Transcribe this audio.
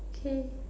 okay